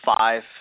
five